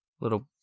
little